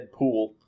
Deadpool